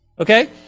Okay